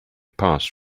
passed